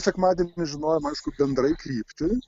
sekmadienį žinojom aišku bendrai kryptį